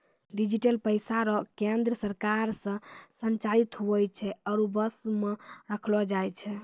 digital पैसा रो केन्द्र सरकार से संचालित हुवै छै आरु वश मे रखलो जाय छै